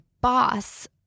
boss